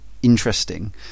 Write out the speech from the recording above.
interesting